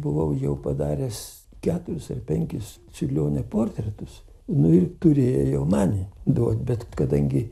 buvau jau padaręs keturis ar penkis čiurlionio portretus nu ir turėjo man duot bet kadangi